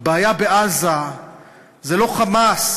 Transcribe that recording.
הבעיה בעזה היא לא "חמאס",